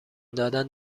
دادن